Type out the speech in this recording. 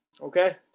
Okay